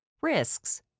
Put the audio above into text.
Risks